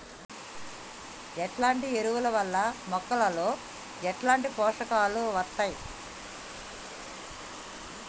ఎట్లాంటి ఎరువుల వల్ల మొక్కలలో ఎట్లాంటి పోషకాలు వత్తయ్?